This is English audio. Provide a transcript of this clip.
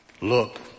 Look